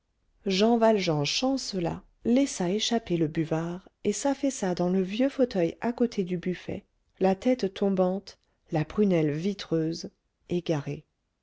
jean valjean chancela laissa échapper le buvard et s'affaissa dans le vieux fauteuil à côté du buffet la tête tombante la prunelle vitreuse égaré